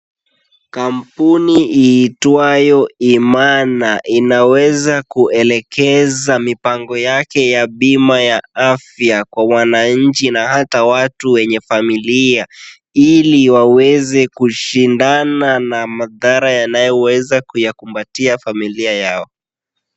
Kampuni iitwayo Imana, inaweza kuelekeza mipango yake ya bima ya afya kwa wananchi na hata watu wenye familia, ili waweze kushindana na madhara yanayoweza kuyakumbatia familia yao.